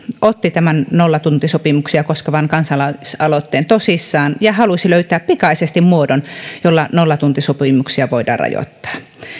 otti tämän nollatuntisopimuksia koskevan kansalaisaloitteen tosissaan ja halusi löytää pikaisesti muodon jolla nollatuntisopimuksia voidaan rajoittaa